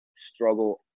struggle